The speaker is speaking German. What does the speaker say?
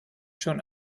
schon